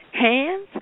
hands